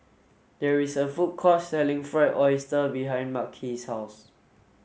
there is a food court selling fried oyster behind Makhi's house